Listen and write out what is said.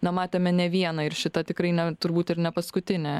na matėme ne vieną ir šita tikrai ne turbūt ir ne paskutinė